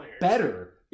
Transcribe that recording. better